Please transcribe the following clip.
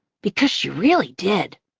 because she really did.